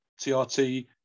TRT